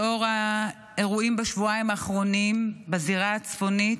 לאור האירועים בשבועיים האחרונים בזירה הצפונית,